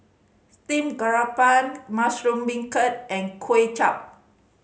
steam garoupa mushroom beancurd and Kway Chap